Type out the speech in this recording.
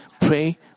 pray